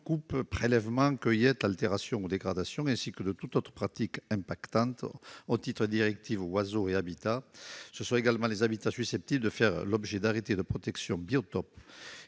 coupes, prélèvements, cueillette, d'altération ou de dégradation, ainsi que de toute autre pratique impactante, au titre des directives Oiseaux et Habitats ; ils sont également susceptibles de faire l'objet d'arrêtés de protection de biotopes,